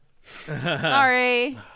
Sorry